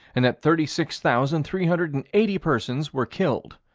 and that thirty six thousand three hundred and eighty persons were killed.